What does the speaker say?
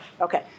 Okay